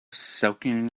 soaking